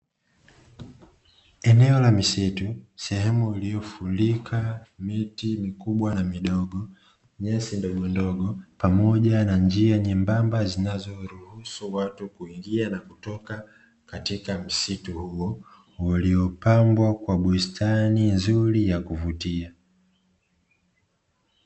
Eneo la msitu, sehemu iliyofurika miti mikubwa na midogo, nyasi ndogo ndogo, pamoja na njia nyembamba zinazoruhusu watu kuingia na kutoka katika msitu huo uliopambwa kwa bustani nzuri ya kuvutia.